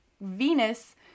Venus